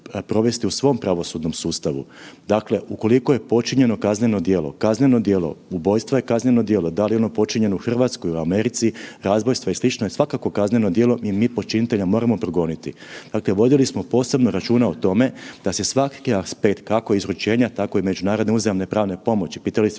u svom pravosudnom sustavu. Dakle, ukoliko je počinjeno kazneno djelo, kazneno djelo ubojstva je kazneno djelo, da li je ono počinjeno u Hrvatskoj ili u Americi razbojstvo i slično je svakako kazneno djelo i mi počinitelja moramo progoniti. Dakle vodili smo posebno računa o tome da se svaki aspekt kako izručenja tako i međunarodne uzajamne pravne pomoći, pitali ste